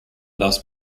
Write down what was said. thus